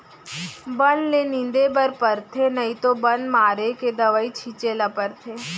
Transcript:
बन ल निंदे बर परथे नइ तो बन मारे के दवई छिंचे ल परथे